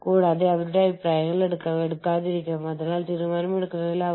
അത് കൂടാതെ നിങ്ങളുടെ ഓർഗനൈസേഷനിൽ ഇതിന് സഹായിക്കുന്ന ചില പ്രത്യേക സവിശേഷതകൾ നിങ്ങൾക്കുണ്ട്